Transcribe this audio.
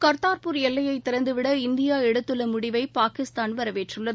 கர்த்தார்பூர் எல்லையை திறந்துவிட இந்தியா எடுத்துள்ள முடிவை பாகிஸ்தான் வரவேற்றுள்ளது